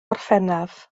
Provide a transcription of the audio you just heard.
orffennaf